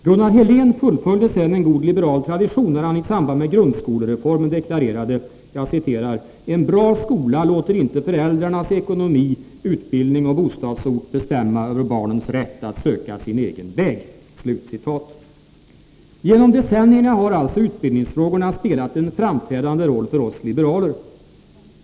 Gunnar Helén fullföljde en god liberal tradition när han i samband med grundskolereformen deklarerade: ”En bra skola låter inte föräldrarnas ekonomi, utbildning och bostadsort bestämma över barnens rätt att söka sin egen väg.” Genom decennierna har utbildningsfrågorna spelat en framträdande roll för oss liberaler.